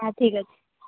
ହଁ ଠିକ ଅଛି